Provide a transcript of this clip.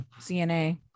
CNA